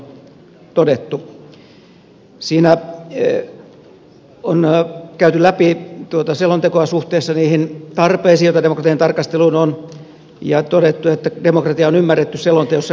siinä on käyty läpi tuota selontekoa suhteessa niihin tarpeisiin joita demokratian tarkasteluun on ja todettu että demokratia on ymmärretty selonteossa kapeasti